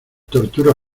tortura